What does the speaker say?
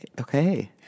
okay